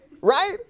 Right